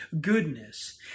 goodness